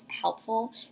helpful